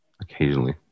Occasionally